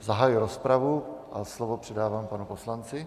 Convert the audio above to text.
Zahajuji rozpravu a slovo předávám panu poslanci.